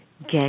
get